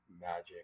magic